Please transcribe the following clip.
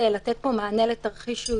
אין לנו בעיה לעבוד קשה.